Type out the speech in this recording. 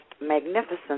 magnificent